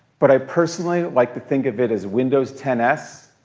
but i personally like to think of it as windows ten s,